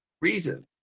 reason